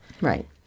Right